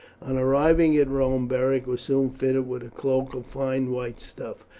on arriving at rome beric was soon fitted with a cloak of fine white stuff,